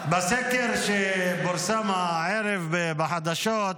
בסקר שפורסם הערב בחדשות,